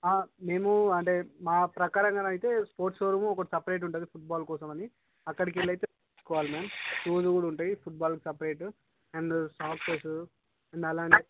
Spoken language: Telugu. ఆ మేము అంటే మా ప్రకారంగానైతే అయితే స్పోర్ట్స్ వరకు ఒకటి సపరేట్ గా ఉంటుంది ఫుట్ బాల్ కోసమని అక్కడికెళ్ళి తెచ్చుకోవాలి మ్యామ్ షూస్ కూడా ఉంటాయి ఫుట్ బాల్ కి సపరేటు అండ్ సాక్సెసు అండ్ అలానే